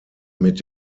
mit